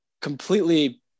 completely